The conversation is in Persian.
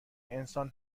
انسان